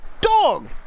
Dog